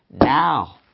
now